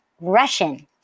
Russian